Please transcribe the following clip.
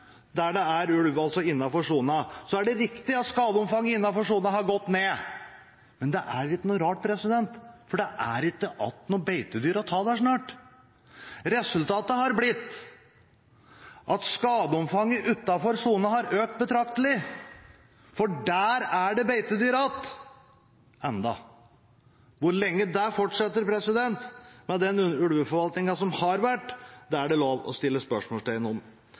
der det er ulv, altså innenfor sonen, er det riktig at skadeomfanget innenfor sonen har gått ned. Men det er ikke noe rart, for det er snart ikke beitedyr igjen å ta der. Resultatet har blitt at skadeomfanget utenfor sonen har økt betraktelig, for der er det beitedyr igjen – ennå. Hvor lenge det fortsetter, med den ulveforvaltningen som har vært, er det lov å stille spørsmål om.